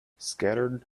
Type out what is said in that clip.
scattered